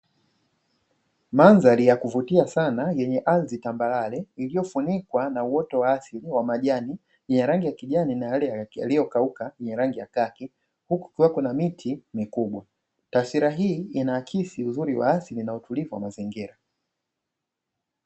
Mandhari ya kuvutia sana yenye ardhi tambarare iliyo funikwa na uoto wa asili wa majani yenye rangi ya kijani na yale yaliyo kauka yenye rangi ya kaki huku kukiwa kuna miti mikubwa. Taswira hii inaakisi uzuri wa asili na utulivu wa mazingira